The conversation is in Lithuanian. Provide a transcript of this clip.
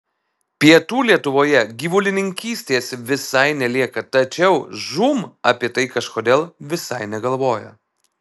pietų lietuvoje gyvulininkystės visai nelieka tačiau žūm apie tai kažkodėl visai negalvoja